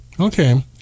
Okay